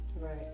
Right